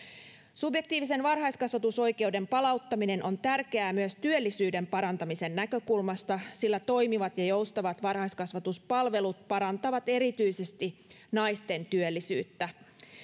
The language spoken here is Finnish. subjektiivisen varhaiskasvatusoikeuden palauttaminen on tärkeää myös työllisyyden parantamisen näkökulmasta sillä toimivat ja joustavat varhaiskasvatuspalvelut parantavat erityisesti naisten työllisyyttä